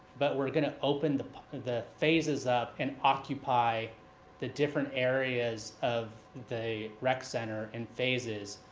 but we're gonna open the but the phases up and occupy the different areas of the rec center in phases.